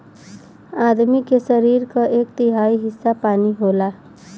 आदमी के सरीर क एक तिहाई हिस्सा पानी होला